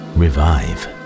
revive